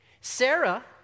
Sarah